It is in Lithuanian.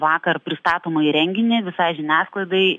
vakar pristatomąjį renginį visai žiniasklaidai